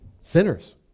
Sinners